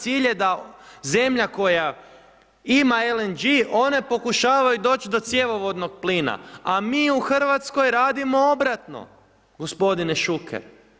Cilj je da zemlja koja ima LNG one pokušavaju doći do cjevovodnog plina a mi u Hrvatskoj radimo obratno gospodine Šuker.